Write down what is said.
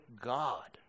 God